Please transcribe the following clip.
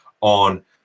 on